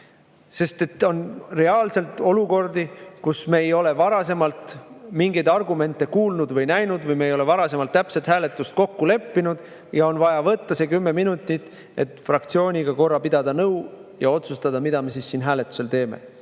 On reaalselt olukordi, kus me ei ole varasemalt mingeid argumente kuulnud või näinud või me ei ole varasemalt täpselt hääletust kokku leppinud ja on vaja võtta see 10 minutit, et fraktsiooniga korra pidada nõu ja otsustada, mida me hääletusel teeme.